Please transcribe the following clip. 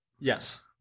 Yes